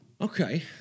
Okay